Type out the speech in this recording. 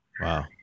Wow